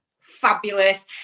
Fabulous